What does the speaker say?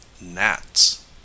gnats